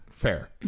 fair